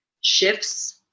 shifts